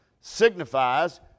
signifies